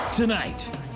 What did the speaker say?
Tonight